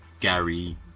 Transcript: gary